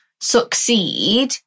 succeed